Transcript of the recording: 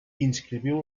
inscriviu